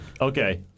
Okay